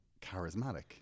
charismatic